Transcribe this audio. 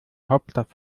hauptstadt